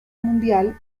mundial